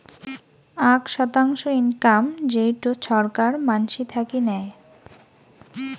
আক শতাংশ ইনকাম যেইটো ছরকার মানসি থাকি নেয়